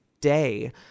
day